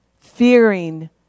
fearing